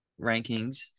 rankings